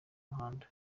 muhanda